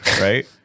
right